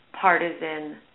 partisan